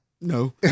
no